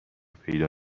پیدا